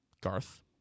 Garth